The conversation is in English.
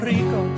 Rico